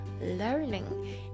learning